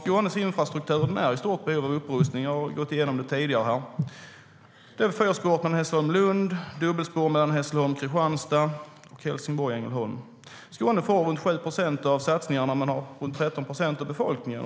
Skånes infrastruktur är i stort behov av upprustning, vilket jag gått igenom tidigare - fyra spår mellan Hässleholm och Lund samt dubbelspår mellan Hässleholm och Kristianstad och Helsingborg och Ängelholm. Skåne får runt 7 procent av satsningarna men har runt 13 procent av befolkningen.